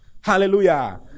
Hallelujah